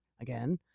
again